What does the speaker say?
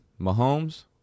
Mahomes